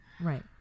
right